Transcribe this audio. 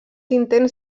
intents